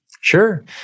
Sure